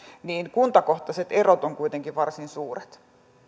kuntakohtaiset erot ovat kuitenkin varsin suuret